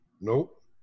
Nope